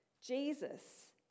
Jesus